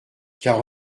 car